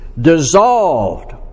dissolved